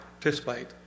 participate